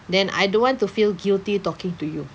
then I don't want to feel guilty talking to you